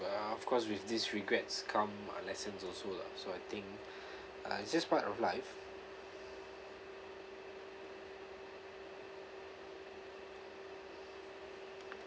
but uh of course with these regrets come uh lessons also lah so I think uh it's just part of life